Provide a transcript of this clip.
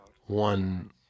one